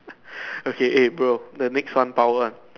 okay eh bro the next one power one